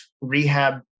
rehab